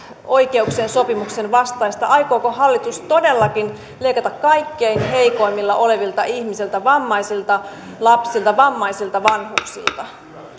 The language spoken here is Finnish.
oikeuksien sopimuksen vastaista aikooko hallitus todellakin leikata kaikkein heikoimmilla olevilta ihmisiltä vammaisilta lapsilta vammaisilta vanhuksilta